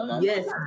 Yes